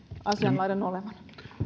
asianlaidan olevan